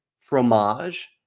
Fromage